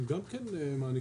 הן גם כן מעניקות.